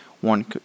One